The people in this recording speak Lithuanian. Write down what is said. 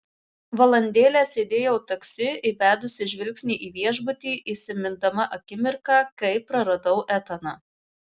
valandėlę sėdėjau taksi įbedusi žvilgsnį į viešbutį įsimindama akimirką kai praradau etaną